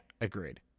agreed